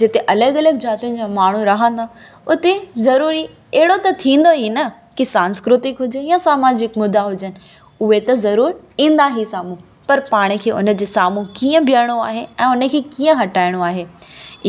जिते अलॻि अलॻि जातियुनि जा माण्हू रहंदा उते ज़रूरी अहिड़ो त थींदो ई न कि सांस्कृतिक हुजे या समाजिक मुदा हुजनि उहे त ज़रूरु ईंदा ई साम्हूं पर पाण खे उन जे साम्हूं कीअं बीहणो आहे ऐं उन खे कीअं हटाइणो आहे